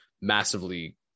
massively